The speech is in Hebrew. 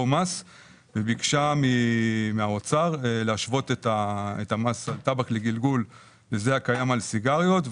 מס וביקשו מהאוצר להשוות את המס על טבק לגלגול לזה הקיים על סיגריות.